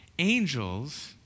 Angels